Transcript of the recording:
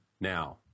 Now